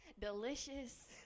delicious